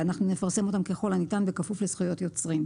אנחנו נפרסם אותם ככל הניתן בכפוף לזכויות יוצרים.